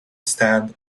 stand